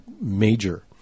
major